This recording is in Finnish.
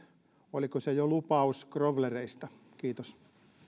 oliko se jo lupaus growlereista kiitos